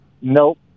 Nope